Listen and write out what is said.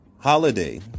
holiday